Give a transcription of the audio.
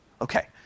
Okay